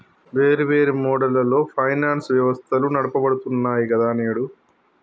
వేర్వేరు మోడళ్లలో ఫైనాన్స్ వ్యవస్థలు నడపబడుతున్నాయి గదా నేడు